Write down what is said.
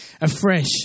afresh